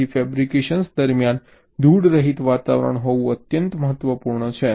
તેથી ફેબ્રિકેશન દરમિયાન ધૂળ રહિત વાતાવરણ હોવું અત્યંત મહત્વપૂર્ણ છે